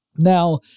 Now